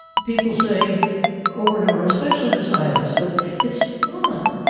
people say over and over, especially the scientists, that it's fun,